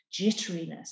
jitteriness